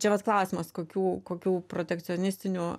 čia vat klausimas kokių kokių protekcionistinių